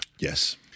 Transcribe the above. Yes